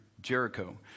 Jericho